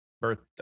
birthday